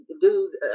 dudes